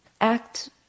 act